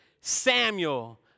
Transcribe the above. Samuel